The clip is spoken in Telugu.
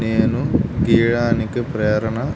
నేను గీయడానికి ప్రేరణ